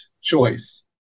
choice